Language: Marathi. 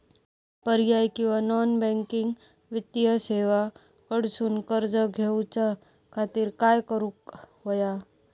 पर्यायी किंवा नॉन बँकिंग वित्तीय सेवा कडसून कर्ज घेऊच्या खाती काय करुक होया?